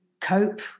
cope